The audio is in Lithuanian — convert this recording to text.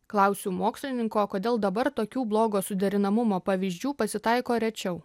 klausiu mokslininko kodėl dabar tokių blogo suderinamumo pavyzdžių pasitaiko rečiau